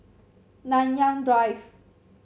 Nanyang Drive